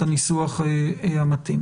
את הניסוח המתאים.